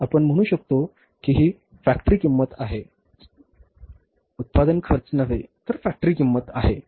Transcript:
आपण म्हणू शकतो की ही फॅक्टरी किंमत आहे उत्पादन खर्च नव्हे तर फॅक्टरी किंमत आहे